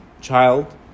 child